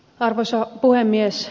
arvoisa puhemies